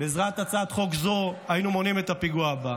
בעזרת הצעת חוק זו היינו מונעים את הפיגוע הבא.